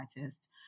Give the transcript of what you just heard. artist